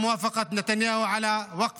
קצת בהמשך